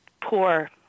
poor